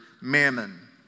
mammon